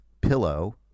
pillow